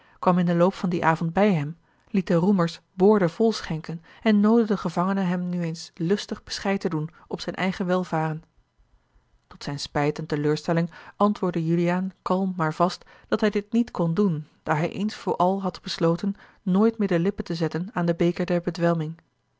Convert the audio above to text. kwam in den loop van dien avond bij hem liet de roemers boordevol schenken en noodde den gevangene hem nu eens lustig bescheid te doen op zijn eigen welvaren tot zijn spijt en teleurstelling antwoordde juliaan kalm maar vast dat hij dit niet kon doen daar hij eens vooral had besloten nooit meer de lippen te zetten aan den beker der bedwelming